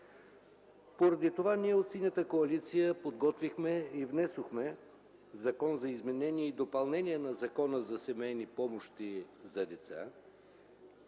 Поради това ние от Синята коалиция подготвихме и внесохме Закон за изменение и допълнение на Закона за семейни помощи за деца,